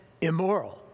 immoral